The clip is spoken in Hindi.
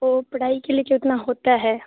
वह पढ़ाई के लिए कितना होता है